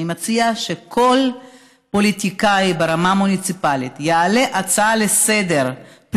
ואני מציעה שכל פוליטיקאי ברמה מוניציפלית יעלה הצעה לסדר-היום,